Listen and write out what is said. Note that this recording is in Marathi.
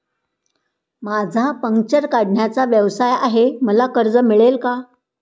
माझा पंक्चर काढण्याचा व्यवसाय आहे मला कर्ज मिळेल का?